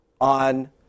on